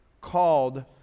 called